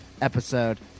episode